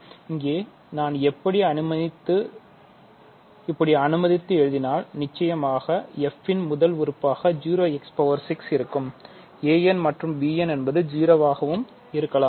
இங்கே நான் இப்படி அனுமதித்து எழுதினால் நிச்சயமாக f ன் முதல் உறுப்பாக 0x6 இருக்கும் a n மற்றும் b n என்பது 0 ஆகவும் இருக்கலாம்